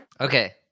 Okay